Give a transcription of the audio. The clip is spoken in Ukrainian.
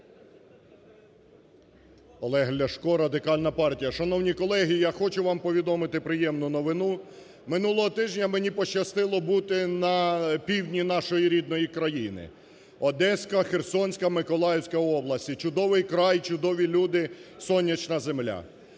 Олег Ляшко, Радикальна партія. Шановні колеги, я хочу вам повідомити приємну новину, минулого тижня мені пощастило бути на півдні нашої рідної країни, Одеська, Херсонська, Миколаївська області, чудовий край, чудові люди, сонячна земля.